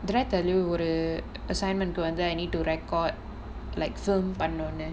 director lah ஒரு:oru assignment வந்து:vanthu then I need to record like Zoom பண்ணோனே:pannonae